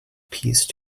peace